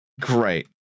Great